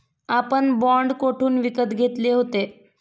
आपण बाँड कोठून विकत घेतले होते?